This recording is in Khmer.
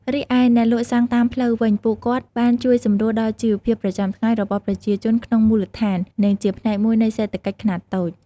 រីឯអ្នកលក់សាំងតាមផ្លូវវិញ ពួកគាត់បានជួយសម្រួលដល់ជីវភាពប្រចាំថ្ងៃរបស់ប្រជាជនក្នុងមូលដ្ឋាន និងជាផ្នែកមួយនៃសេដ្ឋកិច្ចខ្នាតតូច។